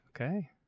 Okay